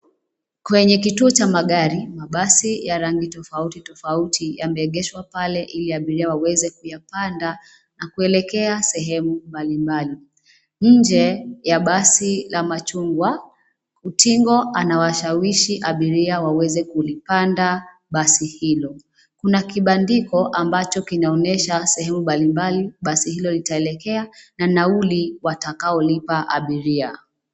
Kwenye kituo cha magari, mabasi ya rangi tofauti tofauti yameegeshwa pale ili abiria waweze kuyapanda, na kuelekea sehemu mbalimbali. Nje, ya basi la machungwa, utingo anawashawishi abiria waweze kulipanda, basi hilo. Kuna kibandiko ambacho kinaonyesha sehemu mbalimbali basi hilo litaelekea, na nauli watakaolipa abiria.